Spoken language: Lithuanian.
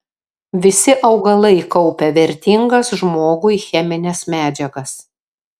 visi augalai kaupia vertingas žmogui chemines medžiagas